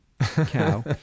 cow